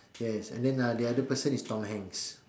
yes and then uh the other person is tom-hanks